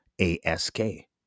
A-S-K